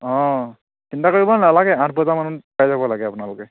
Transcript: অঁ চিন্তা কৰিব নালাগে আঠ বজামানত পাই যাব লাগে আপোনালোকে